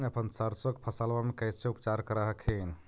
अपन सरसो के फसल्बा मे कैसे उपचार कर हखिन?